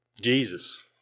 Jesus